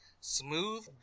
Smooth